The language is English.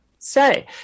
say